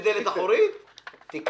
לגבי קופות גמל וביטוח